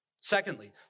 Secondly